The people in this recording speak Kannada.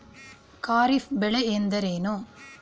ಖಾರಿಫ್ ಬೆಳೆ ಎಂದರೇನು?